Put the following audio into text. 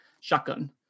shotgun